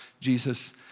Jesus